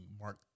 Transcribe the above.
Mark